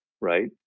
right